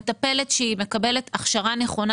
מטפלת שהיא מקבלת הכשרה נכונה,